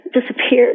disappeared